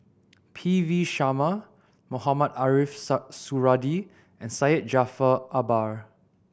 P V Sharma Mohamed Ariff Suradi and Syed Jaafar Albar